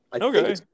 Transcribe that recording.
Okay